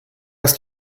ist